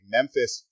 Memphis